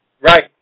Right